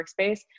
workspace